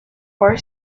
four